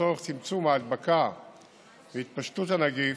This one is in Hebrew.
ולצורך צמצום ההדבקה והתפשטות הנגיף,